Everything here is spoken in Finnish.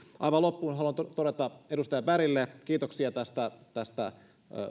aivan loppuun haluan todeta edustaja bergille kiitoksia tästä tästä